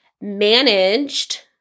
managed